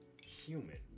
human